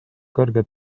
kõrge